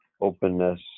openness